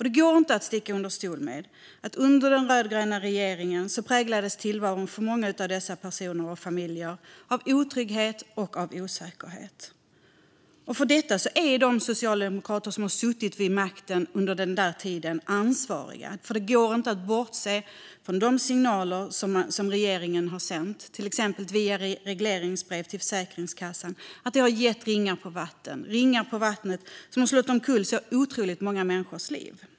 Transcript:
Det går inte att sticka under stol med att tillvaron för många av dessa familjer präglades av otrygghet och osäkerhet under den rödgröna regeringen. För detta är de socialdemokrater som suttit vid makten under denna tid ansvariga. Det går inte att bortse från att de signaler som regeringen har sänt, till exempel via regleringsbrev till Försäkringskassan, har fått ringar på vattnet som har slagit omkull otroligt många människors liv.